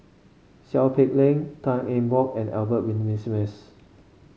Seow Peck Leng Tan Eng Bock and Albert Winsemius